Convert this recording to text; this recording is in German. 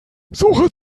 suche